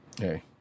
hey